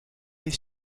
les